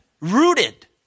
rooted